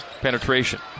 Penetration